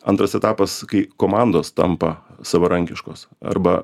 antras etapas kai komandos tampa savarankiškos arba